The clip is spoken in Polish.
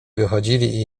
wychodzili